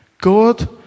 God